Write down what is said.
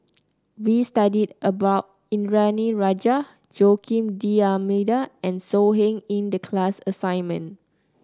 we studied about Indranee Rajah Joaquim D'Almeida and So Heng in the class assignment